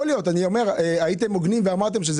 אני אומר שהם היו הוגנים ואמרו שזה